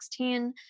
2016